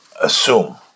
assume